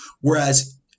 Whereas